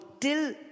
till